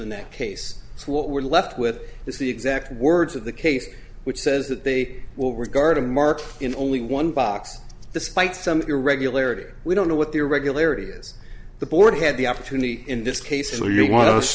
in that case so what we're left with is the exact words of the case which says that they will regarding mark in only one box despite some irregularity or we don't know what the irregularity is the board had the opportunity in this case where you want us